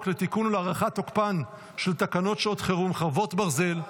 לתיקון ולהארכת תוקפן של תקנות שעת חירום (חרבות ברזל)